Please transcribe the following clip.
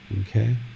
okay